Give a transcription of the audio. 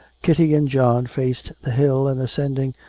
kitty and john faced the hill, and ascending,